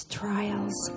trials